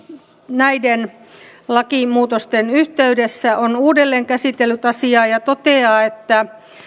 näiden lakimuutosten yhteydessä on uudelleen käsitellyt asiaa ja toteaa että